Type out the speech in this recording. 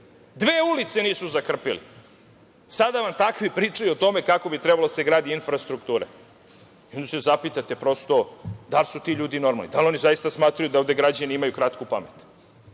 Dve ulice nisu zakrpili! Sada vam takvi pričaju o tome kako bi trebalo da se gradi infrastruktura. Onda se prosto zapitate – da li su ti ljudi normalni? Da li oni zaista smatraju da ovde građani imaju kratku